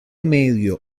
medio